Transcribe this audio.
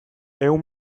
ehun